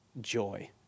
joy